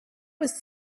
was